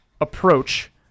approach